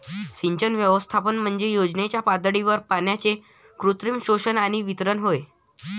सिंचन व्यवस्थापन म्हणजे योजनेच्या पातळीवर पाण्याचे कृत्रिम शोषण आणि वितरण होय